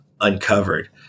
uncovered